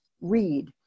read